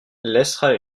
laissera